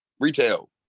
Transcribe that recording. Retail